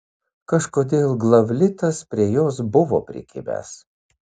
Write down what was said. kažkodėl glavlitas prie jos buvo prikibęs